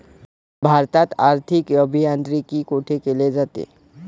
भारतात आर्थिक अभियांत्रिकी कोठे केले जाते?